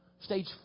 Stage